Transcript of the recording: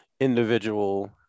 individual